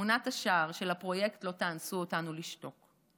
תמונת השער של הפרויקט "לא תאנסו אותנו לשתוק".